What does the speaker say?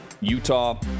Utah